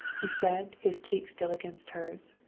he said, his cheek still against hers.